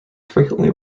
frequently